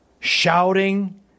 Shouting